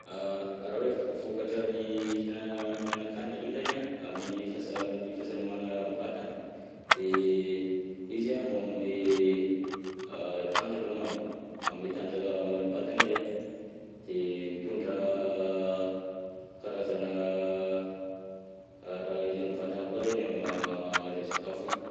Raha hoe vokatra ny fihinagna- fihinanan-kanina ndreky zany an amin'ny fahasa- amin'ny fahasalama amin'ny vatagna, de izy an magnome tanjaka alongany, manome tanjaka ho an'ny vatagna izy an, de mitondra karazagna raha ilain'ny vatagna koa zagny amy agnatin'ny sakafo iny.